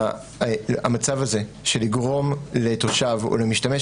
המצב הזה של לגרום לתושב או למשתמש